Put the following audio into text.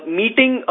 meeting